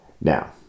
Now